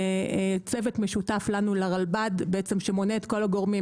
צוות משותף לנו ולרלב"ד שמונה את כל הגורמים,